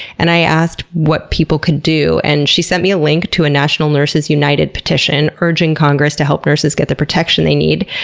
and i asked what people could do, and she sent me a link to a national nurses united petition urging congress to help nurses get the protection they need.